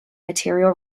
material